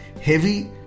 heavy